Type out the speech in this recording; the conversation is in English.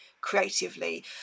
creatively